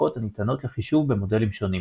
מחלקות הניתנות לחישוב במודלים שונים,